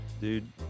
Dude